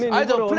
i think